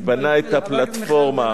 את הפלטפורמה,